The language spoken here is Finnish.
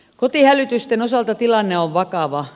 kotihälytysten osalta tilanne on vakava